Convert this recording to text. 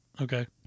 Okay